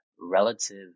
relative